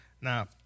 Now